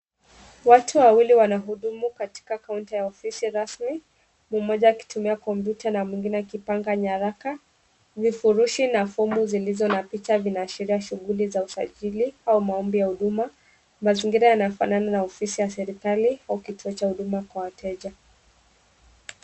Watu wawili wanahudumu katika kaunta ya ofisi rasmi. Mmoja akitumia computer na mwingine akipanga nyaraka. Vifurushi na fomu zilizo na picha vinashiria shughuli za usajili au maombi ya huduma. Mazingira yanafanana na ofisi ya serikali au kituo cha huduma kwa wateja.